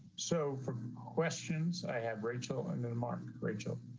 so for questions. i have rachel and then mark. rachel.